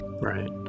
right